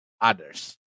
others